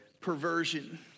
perversion